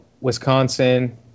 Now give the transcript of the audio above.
Wisconsin